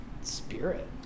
spirit